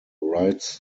rights